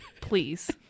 please